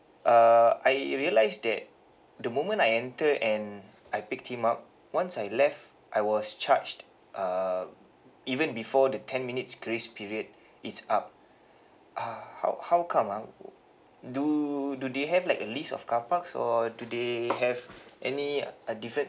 uh I realise that the moment I enter and I picked him up once I left I was charged uh even before the ten minutes grace period is up uh how how come ah do do they have like a list of carparks or do they have any uh different